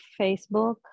Facebook